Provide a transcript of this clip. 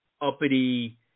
uppity